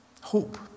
hope